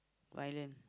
Thailand